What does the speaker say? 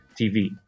tv